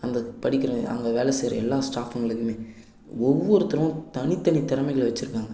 அந்த படிக்கிற அங்கே வேலை செய்கிற எல்லா ஸ்டாஃபுங்களுக்குமே ஒவ்வொருத்தரும் தனித்தனித் திறமைகள வைச்சிருக்காங்க